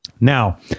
Now